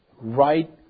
right